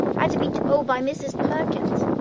had to be told by mrs. perkins.